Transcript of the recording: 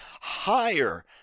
higher